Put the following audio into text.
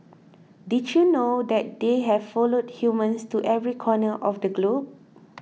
did you know that they have followed humans to every corner of the globe